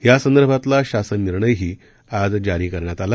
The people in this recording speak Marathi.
यासंदर्भातला शासननिर्णयही आज जारी केला गेला